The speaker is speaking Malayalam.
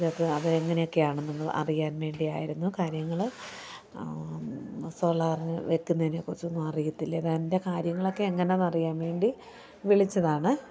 അതൊക്കെ അത് എങ്ങനെയൊക്കെയാണെന്ന് അറിയാൻ വേണ്ടി ആയിരുന്നു കാര്യങ്ങൾ സോളാർ വെക്കുന്നതിനെക്കുറിച്ചൊന്നും അറിയത്തില്ല അതിൻറ്റെ കാര്യങ്ങളൊക്കെ എങ്ങനാ എന്നറിയാൻ വേണ്ടി വിളിച്ചതാണ്